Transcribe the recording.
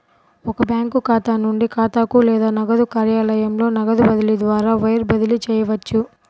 ఒక బ్యాంకు ఖాతా నుండి ఖాతాకు లేదా నగదు కార్యాలయంలో నగదు బదిలీ ద్వారా వైర్ బదిలీ చేయవచ్చు